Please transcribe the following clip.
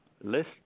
list